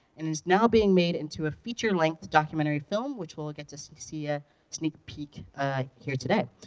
and is now being made into a feature-length documentary film, which we'll get to see to see a sneak peak here today.